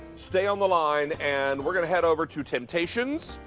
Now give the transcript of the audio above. stay on the line and we're going to head over to temp-tations.